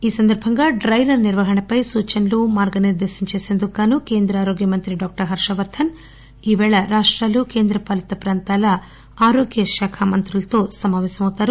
ఈ సందర్భంగా డైరన్ నిర్వహణపై సూచనలు మార్గనిర్దేశన చేసేందుకు గాను కేంద్ర ఆరోగ్య మంత్రి డాక్టర్ హర్షవర్ధన్ ఈరోజు రాష్టాలు కేంద్ర పాలిత ప్రాంతాల ఆరోగ్య శాఖ మంత్రులతో సమాపేశమౌతారు